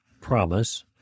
promise